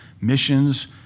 missions